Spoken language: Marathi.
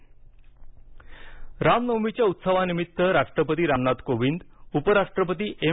रामनवमी शभेच्छा रामनवमीच्या उत्सवानिमित्त राष्ट्रपती रामनाथ कोविंद उपराष्ट्रपती एम